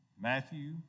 Matthew